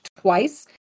twice